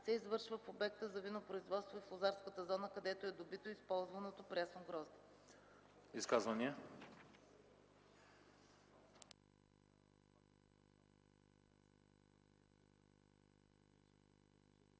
се извършва в обекта за винопроизводство и в лозарската зона, където е добито използваното прясно грозде.”